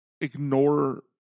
ignore